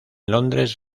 londres